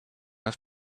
have